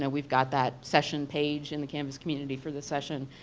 yeah we've got that session page in the canvas community for this session.